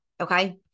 okay